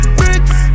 bricks